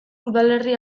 udalerri